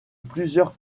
plusieurs